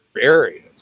areas